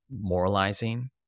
moralizing